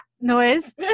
noise